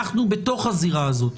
אנחנו בתוך הזירה הזאת.